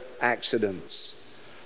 accidents